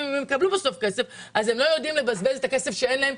אם בסוף הם יקבלו כסף ולכן הם לא יודעים לבזבז כסף שאין להם,